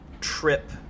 trip